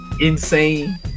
insane